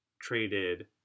traded